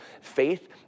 faith